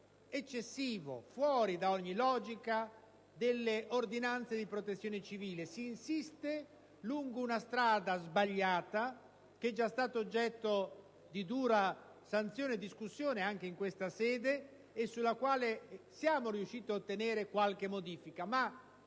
eccessivamente, fuori da ogni logica, le ordinanze di protezione civile e si insiste lungo una strada sbagliata, già oggetto di dura sanzione e discussione anche in questa sede e su cui si è riusciti ad ottenere qualche modifica; ma